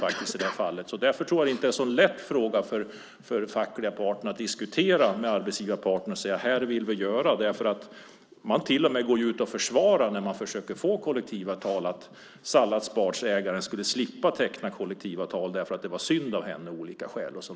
Jag tror därför inte att det är särskilt lätt för den fackliga parten att diskutera med arbetsgivarparten och säga vad man vill göra. Man gick ju till och med ut och försvarade att ägaren till salladsbaren skulle slippa teckna kollektivavtal därför att det var synd om henne av olika skäl.